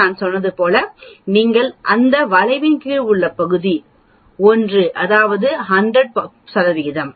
நான் சொன்னது போல் நீங்கள் அந்த வளைவின் கீழ் உள்ள பகுதி 1 அதாவது 100 சதவீதம்